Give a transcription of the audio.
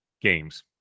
games